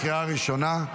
לקריאה הראשונה.